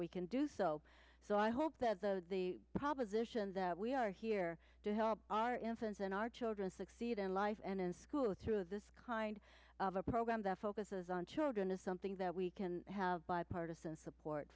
we can do so so i hope that the the proposition that we are here to help our infants and our children succeed in life and in school through this kind of a program that focuses on children is something that we can have bipartisan support